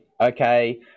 okay –